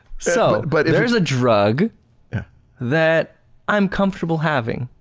so, but there's a drug that i'm comfortable having,